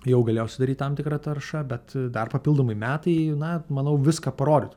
jau galėjo sudaryt tam tikrą taršą bet dar papildomai metai na manau viską parodytų